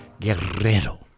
Guerrero